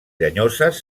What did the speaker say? llenyoses